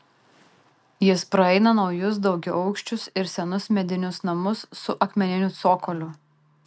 jis praeina naujus daugiaaukščius ir senus medinius namus su akmeniniu cokoliu